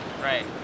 right